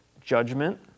judgment